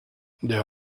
there